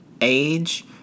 age